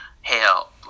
Hell